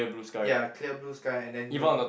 ya clear blue sky and then the